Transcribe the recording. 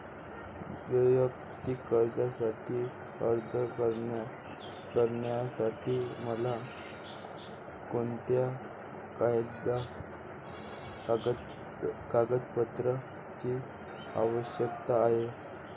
वैयक्तिक कर्जासाठी अर्ज करण्यासाठी मला कोणत्या कागदपत्रांची आवश्यकता आहे?